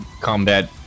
combat